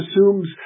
assumes